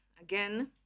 Again